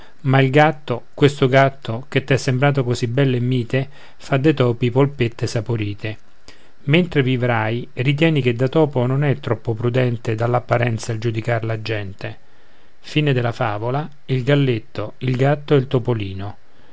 ma il gatto questo gatto che t'è sembrato così bello e mite fa dei topi polpette saporite mentre vivrai ritieni che da topo non è troppo prudente dall'apparenza il giudicar la gente e a